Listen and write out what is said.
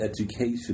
education